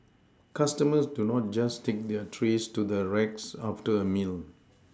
customers do not just take their trays to the racks after a meal